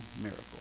miracle